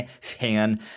fan